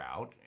out